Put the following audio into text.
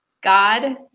God